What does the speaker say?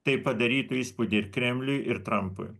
tai padarytų įspūdį ir kremliui ir trampui